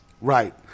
Right